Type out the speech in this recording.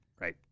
right